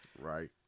Right